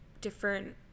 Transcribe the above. different